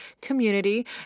community